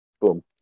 boom